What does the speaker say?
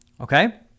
Okay